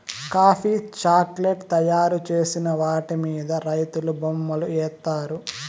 coffee chocolate తయారు చేసిన వాటి మీద రైతులు బొమ్మలు ఏత్తారు